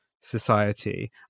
society